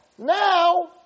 Now